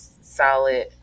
solid